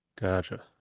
Gotcha